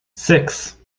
six